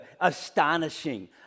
Astonishing